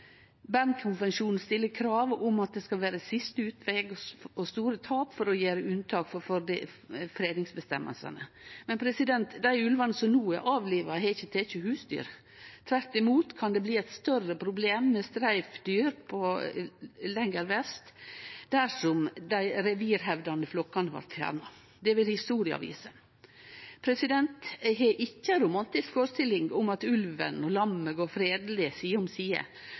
stiller krav om at det skal vere siste utveg og store tap for å gjere unntak frå fredingsføresegnene. Men dei ulvane som no er avliva, har ikkje teke husdyr. Tvert imot kan det bli eit større problem med streifdyr lenger vest dersom dei revirhevdande flokkane blir fjerna. Det vil historia vise. Eg har ikkje ei romantisk førestilling om at ulven og lammet går fredeleg side om side,